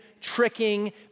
tricking